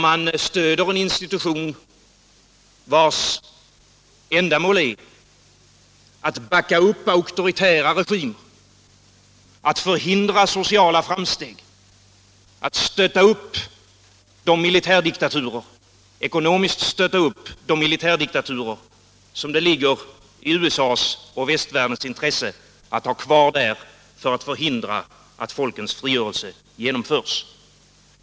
Man stöder en institution, vars ändamål är att backa upp auktoritära regimer, förhindra sociala framsteg samt ekonomiskt stötta upp de militärdiktaturer som det ligger i USA:s och västvärldens intresse att ha kvar för att omöjliggöra att folkens frigörelse genomförs.